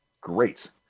great